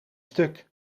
stuk